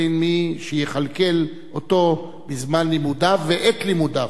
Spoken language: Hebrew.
אין מי שיכלכל אותו בזמן לימודיו ואת לימודיו.